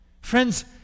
Friends